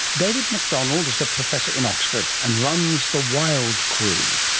david macdonald is a professor in oxford and runs the wildcru.